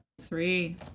three